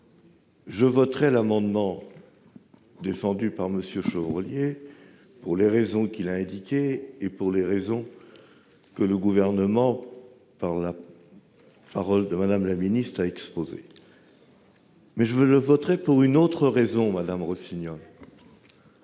Je voterai l'amendement défendu par M. Chevrollier pour les raisons qu'il a invoquées et pour celles que le Gouvernement, par le truchement de Mme la ministre, a exposées. Je le voterai aussi pour une autre raison, madame Rossignol